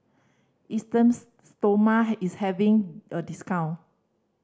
Esteem Stoma is having a discount